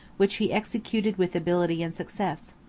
which he executed with ability and success.